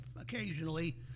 occasionally